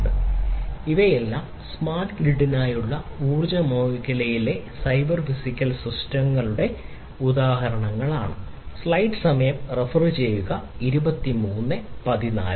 അതിനാൽ ഇവയെല്ലാം സ്മാർട്ട് ഗ്രിഡിനായുള്ള ഊർജ്ജ മേഖലയിലെ സൈബർ ഫിസിക്കൽ സിസ്റ്റങ്ങളുടെ ഉദാഹരണങ്ങളാണ്